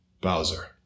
Bowser